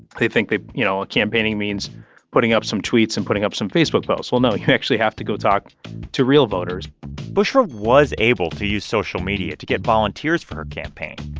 they think they, you know, that ah campaigning means putting up some tweets and putting up some facebook posts. well, no, you actually have to go talk to real voters bushra was able to use social media to get volunteers for her campaign.